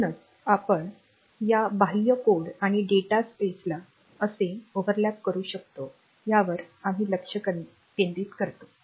म्हणूनच आपण या बाह्य कोड आणि डेटा स्पेसला कसे आच्छादित करू शकतो यावर आम्ही लक्ष केंद्रित करतो